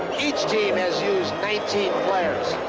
each team has used nineteen players.